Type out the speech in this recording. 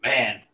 Man